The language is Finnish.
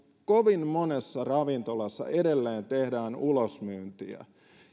kovin monessa ravintolassa edelleen tehdään ulosmyyntiä